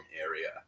area